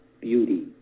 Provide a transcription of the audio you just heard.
beauty